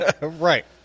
Right